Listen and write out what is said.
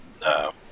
no